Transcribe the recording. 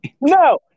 no